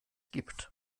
gibt